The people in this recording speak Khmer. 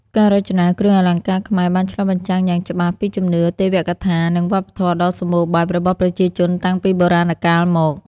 ការរចនាគ្រឿងអលង្ការខ្មែរបានឆ្លុះបញ្ចាំងយ៉ាងច្បាស់ពីជំនឿ ទេវកថា និងវប្បធម៌ដ៏សម្បូរបែបរបស់ប្រជាជនតាំងពីបុរាណកាលមក។